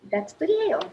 bet turėjom